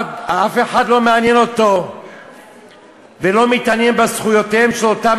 אף אחד לא מעניין אותו ולא מתעניין בזכויותיהם של אותם